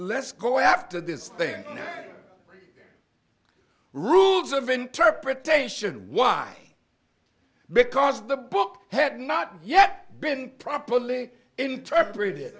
let's go after this thing rules of interpretation why because the book had not yet been properly interpreted